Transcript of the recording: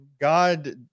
God